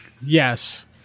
Yes